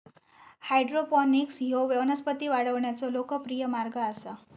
hydroponics ह्यो वनस्पती वाढवण्याचो लोकप्रिय मार्ग आसा